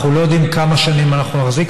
אנחנו לא יודעים כמה שנים אנחנו נחזיק,